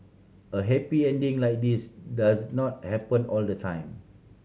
a happy ending like this does not happen all the time